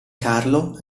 carlo